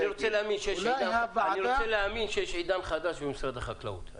אני רוצה להאמין שיש עידן חדש במשרד החקלאות.